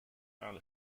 found